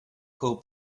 call